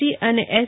T અને S